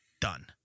done